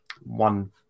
one